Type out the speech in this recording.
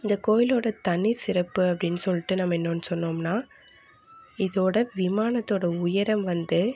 இந்த கோவிலோட தனி சிறப்பு அப்படின் சொல்லிட்டு நம்ம இன்னொன்று சொல்லுவோம்னா இதோட விமானத்தோட உயரம் வந்து